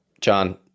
John